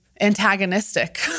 antagonistic